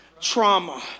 trauma